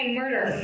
murder